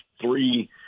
three